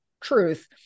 truth